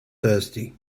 thirsty